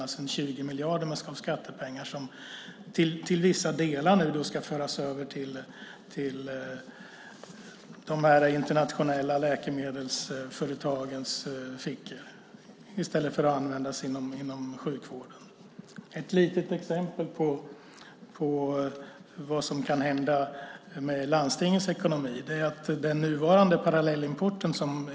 Det är alltså 20 miljarder av skattepengarna som till vissa delar ska föras över till de internationella läkemedelsföretagens fickor i stället för att användas inom sjukvården. Ett litet exempel på vad som kan hända med landstingets ekonomi är den nuvarande parallellimporten.